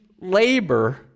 labor